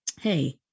Hey